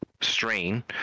strain